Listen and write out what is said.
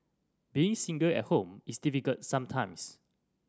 being single at home is difficult sometimes